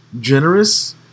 generous